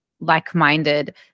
like-minded